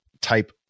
type